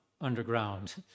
underground